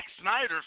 Snyder